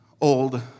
old